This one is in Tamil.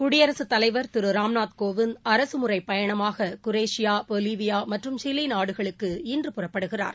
குடியரசுத் தலைவர் திரு ராம்நாத் கோவிந்த் அரசு முறைப்பயணமாக குரேஷியா பொலிலியா மற்றும் சிலி நாடுகளுக்கு இன்று புறப்படுகிறார்